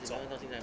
终